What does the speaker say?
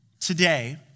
today